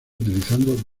utilizando